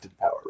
Power